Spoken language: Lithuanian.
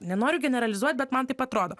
nenoriu generalizuot bet man taip atrodo